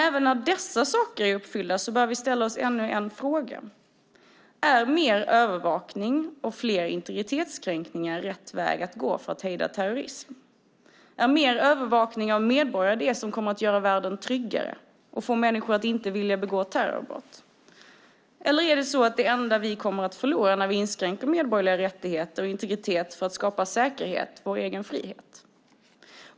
Även när dessa saker är uppfyllda bör vi också fråga oss: Är mer övervakning och fler integritetskränkningar rätt väg att gå för att hejda terrorism? Är mer övervakning av medborgare det som kommer att göra världen tryggare och få människor att inte vilja begå terrorbrott? Eller är det så att det enda vi kommer att förlora när vi inskränker medborgerliga rättigheter och integritet för att skapa säkerhet är vår egen frihet?